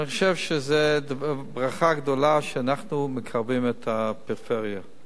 אני חושב שזו ברכה גדולה שאנחנו מקרבים את הפריפריה,